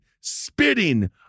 spitting